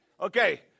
Okay